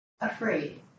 afraid